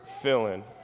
fill-in